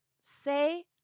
Say